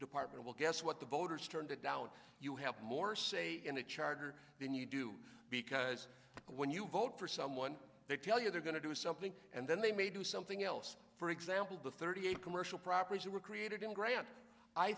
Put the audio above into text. department well guess what the voters turned it down you have more say in the charter than you do because when you vote for someone they tell you they're going to do something and then they may do something else for example the thirty eight commercial properties that were created in grant i